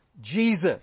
Jesus